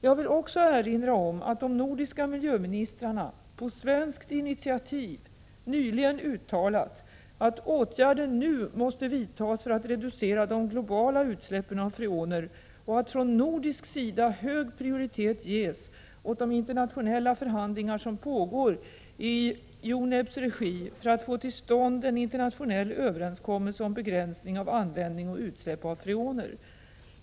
Jag vill också erinra om att de nordiska miljöministrarna på svenskt initiativ nyligen uttalat att åtgärder nu måste vidtas för att reducera de globala utsläppen av freoner och att från nordisk sida hög prioritet ges åt de internationella förhandlingar som pågår i UNEP:s regi för att få till stånd en internationell överenskommelse om begränsning av användning och utsläpp av freoner.